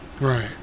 Right